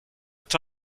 est